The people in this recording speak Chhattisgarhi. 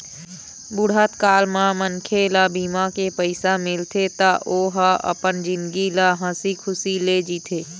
बुढ़त काल म मनखे ल बीमा के पइसा मिलथे त ओ ह अपन जिनगी ल हंसी खुसी ले जीथे